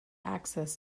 access